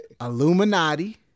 Illuminati